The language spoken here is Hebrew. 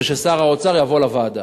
וששר האוצר יבוא לוועדה.